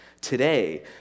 today